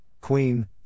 Queen